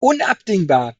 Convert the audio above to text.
unabdingbar